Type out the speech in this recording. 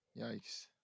yikes